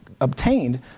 obtained